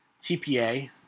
TPA